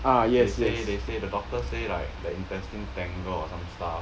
they say they say the doctor say like the intestine tangled or some stuff